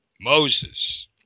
Moses